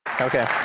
Okay